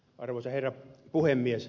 arvoisa herra puhemies